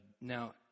now